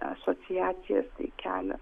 asociacijas tai kelia